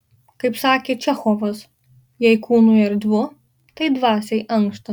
kaip sakė čechovas jei kūnui erdvu tai dvasiai ankšta